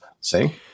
See